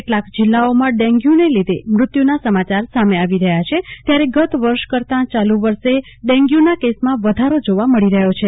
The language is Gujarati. કેટલાક જિલ્લાઓમાં ડેન્ગ્યુને લીધે મૃષ્ના સમાચાર સામી આવી રહ્યા છે ત્યારે ગત વર્ષ કરતા ચાલુ વર્ષે ડેન્ગ્યુના કેસમાં વધારો જોવા મળી રહ્યો છે